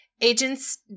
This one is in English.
agents